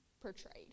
portrayed